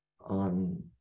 on